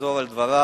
לחזור בו מדבריו.